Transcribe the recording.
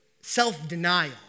self-denial